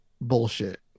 bullshit